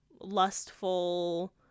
lustful